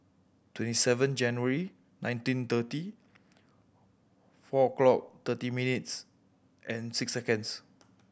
twenty seven January nineteen thirty four clock thirty minutes and six seconds